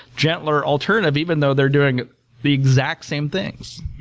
gentler alternative, even though they're doing the exact same things.